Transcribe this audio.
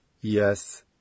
Yes